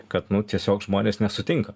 kad nu tiesiog žmonės nesutinka